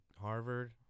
Harvard